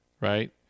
right